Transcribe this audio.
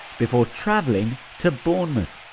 before travelling to bournemouth,